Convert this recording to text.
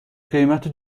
قیمت